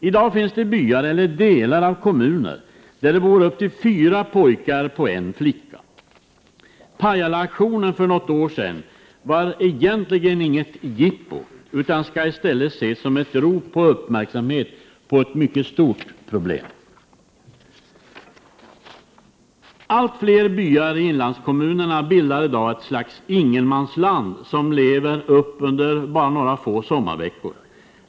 I dag finns det byar eller delar av kommuner där det går upp till fyra pojkar på en flicka. Pajalaaktionen för något år sedan var egentligen inte något jippo. I stället skall den aktionen uppfattas som ett rop om uppmärksamhet på ett mycket stort problem. Allt fler byar i inlandskommunerna bildar i dag ett slags ingenmansland som lever upp under några få sommarveckor.